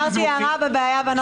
הערתי הערה לגבי הנוסח המוצע.